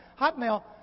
Hotmail